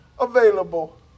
available